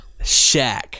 Shaq